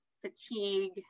fatigue